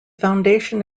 foundation